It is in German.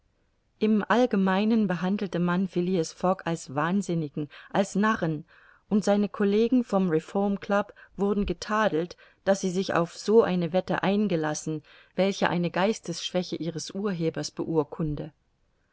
im allgemeinen behandelte man phileas fogg als wahnsinnigen als narren und seine collegen vom reformclub wurden getadelt daß sie sich auf so eine wette eingelassen welche eine geistesschwäche ihres urhebers beurkunde